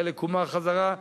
חלק הומר חזרה,